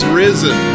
risen